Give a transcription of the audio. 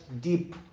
deep